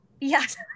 Yes